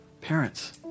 Parents